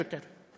השוטר.